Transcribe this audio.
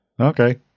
okay